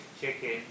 chicken